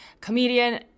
comedian